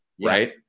right